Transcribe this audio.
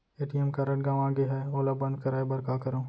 ATM card गंवा गे है ओला बंद कराये बर का करंव?